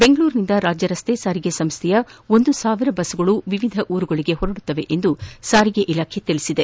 ಬೆಂಗಳೂರಿನಿಂದ ರಾಜ್ಯ ರಸ್ತೆ ಸಾರಿಗೆ ಸಂಸ್ಥೆಯ ಒಂದು ಸಾವಿರ ಬಸ್ಗಳು ವಿವಿಧ ಊರುಗಳಿಗೆ ಹೊರಡಲಿವೆ ಎಂದು ಸಾರಿಗೆ ಇಲಾಖೆ ತಿಳಿಸಿದೆ